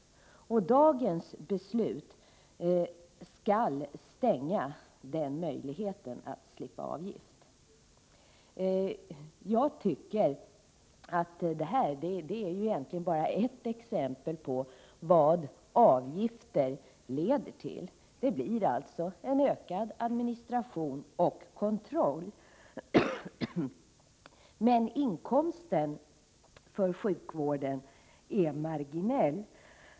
Dagens beslut skall stänga den möjligheten att slippa avgift. Jag tycker att det här egentligen bara är ett exempel på vad avgifter leder till. Det blir en ökad administration och kontroll, men inkomsten för sjukvården är marginell.